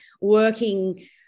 working